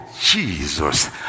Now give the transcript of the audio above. Jesus